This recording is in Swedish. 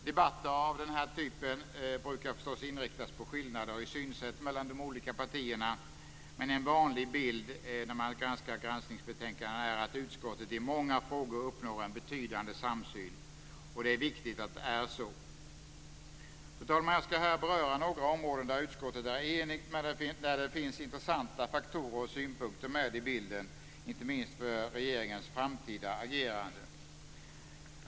Debatter av den typen brukar förstås inriktas mot skillnaderna i synsätt mellan de olika partierna, men en vanlig bild är att utskottet i många frågor uppnår en betydande samsyn. Det är viktigt att det är så. Fru talman! Jag skall här beröra några områden där utskottet är enigt men där det finns intressanta faktorer och synpunkter med i bilden - inte minst för regeringens framtida agerande.